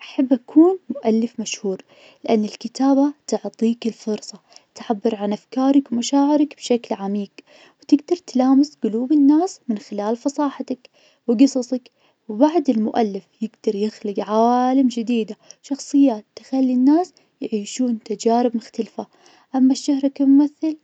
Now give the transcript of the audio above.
أحب اكون مؤلف مشهور, لأن الكتابة تعطيك الفرصة, تعبر عن افكارك ومشاعرك بشكل عميق, وتقدر تلامس قلوب الناس من خلال فصاحتك وقصصك, وبعد المؤلف يقدر يخلق عالم جديدة, شخصيات تخلي الناس يعيشون تجارب مختلفة, أما الشهرة كممثل